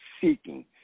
seeking